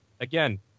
again